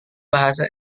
bahasa